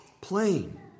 Plain